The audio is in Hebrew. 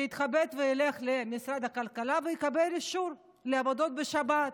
שיתכבד וילך למשרד הכלכלה ויקבל אישור לעבודות בשבת.